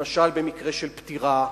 למשל, במקרה של פטירה,